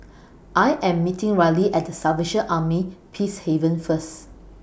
I Am meeting Ryley At The Salvation Army Peacehaven First